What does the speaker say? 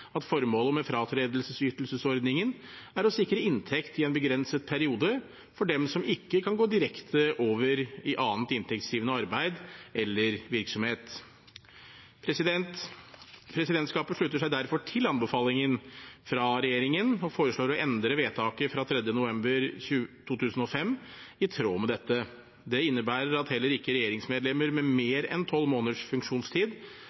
at formålet med fratredelsesytelsesordningen er å sikre inntekt i en begrenset periode for dem som ikke kan gå direkte over i annet inntektsgivende arbeid eller virksomhet. Presidentskapet slutter seg derfor til anbefalingen fra regjeringen og foreslår å endre vedtaket fra 3. november 2005 i tråd med dette. Det innebærer at heller ikke regjeringsmedlemmer med mer enn 12 måneders funksjonstid